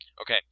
Okay